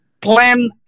Plan